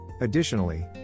Additionally